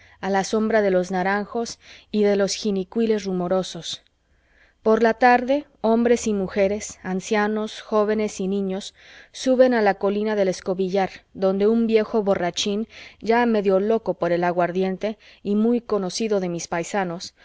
a la sombra de los naranjos y de los jinicuiles rumorosos por la tarde hombres y mujeres ancianos jóvenes y niños suben a la colina del escobillar donde un viejo borrachín ya medio loco por el aguardiente y muy conocido de mis paisanos